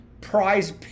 prize